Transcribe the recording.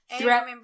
throughout